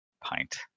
pint